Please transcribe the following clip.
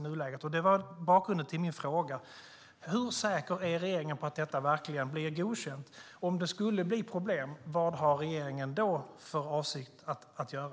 Det är bakgrunden till min fråga. Hur säker är regeringen på att detta verkligen blir godkänt? Om det skulle bli problem, vad har regeringen då för avsikt att göra?